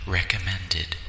recommended